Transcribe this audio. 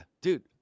dude